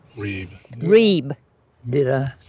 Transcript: reeb reeb did i?